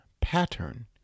pattern